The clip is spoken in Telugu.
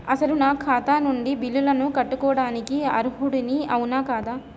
అసలు నా ఖాతా నుండి బిల్లులను కట్టుకోవటానికి అర్హుడని అవునా కాదా?